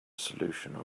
solution